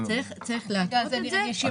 צריך להתוות את זה.